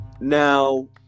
now